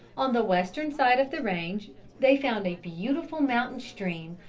on the western side of the range they found a beautiful mountain stream,